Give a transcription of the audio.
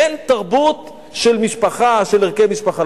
אין תרבות של משפחה, של ערכי משפחה.